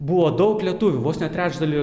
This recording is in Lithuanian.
buvo daug lietuvių vos trečdalį